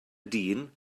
dyn